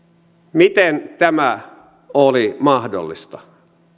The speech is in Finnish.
miten tämä oli mahdollista